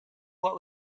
what